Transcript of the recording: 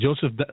Joseph